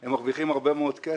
הם מרוויחים הרבה מאוד כסף.